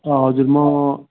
हजुर म